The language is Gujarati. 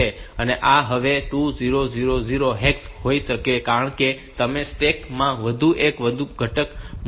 આ હવે 2000 હેક્સ હોઈ શકે છે કારણ કે તમે સ્ટેક માં વધુ એક વધુ ઘટક મૂકી રહ્યા છો